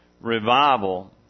Revival